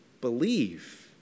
believe